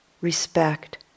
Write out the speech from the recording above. respect